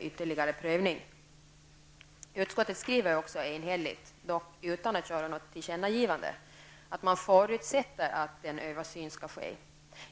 ytterligare prövning. Utskottet skriver enhälligt, dock utan att göra något tillkännagivande, att man ''förutsätter'' att en översyn skall ske.